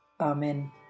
Amen